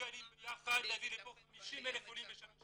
מסוגלים ביחד להביא לפה 50,000 עולים בשלוש שנים.